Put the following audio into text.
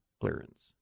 clearance